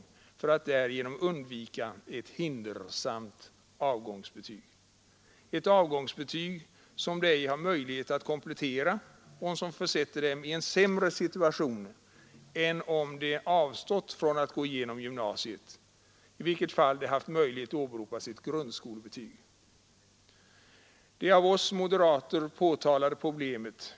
Därigenom kan de nämligen undvika ett hindersamt avgångsbetyg, som de inte har möjlighet att komplettera och som försätter dem i en sämre situation än om de avstått från att gå igenom gymnasiet, i vilket fall de haft möjlighet att åberopa sitt grundskolebetyg. Vi moderater har tidigare påtalat detta problem.